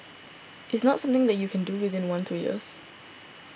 it's not something that you can do within one two years